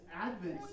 Advent